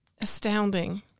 astounding